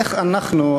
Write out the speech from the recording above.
איך אנחנו,